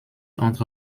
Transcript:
entre